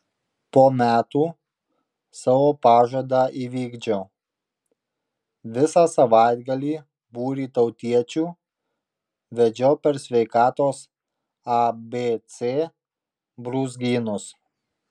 po metų savo pažadą įvykdžiau visą savaitgalį būrį tautiečių vedžiau per sveikatos abc brūzgynus